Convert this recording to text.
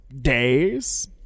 Days